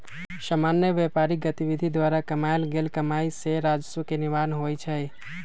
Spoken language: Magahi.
सामान्य व्यापारिक गतिविधि द्वारा कमायल गेल कमाइ से राजस्व के निर्माण होइ छइ